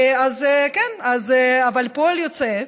אבל פועל יוצא,